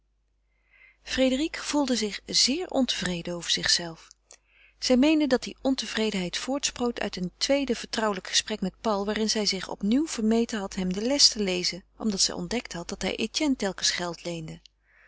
frédérique gevoelde zich zeer ontevreden over zichzelve zij meende dat die ontevredenheid voortsproot uit een tweede vertrouwelijk gesprek met paul waarin zij zich opnieuw vermeten had hem de les te lezen omdat zij ontdekt had dat hij etienne telkens geld leende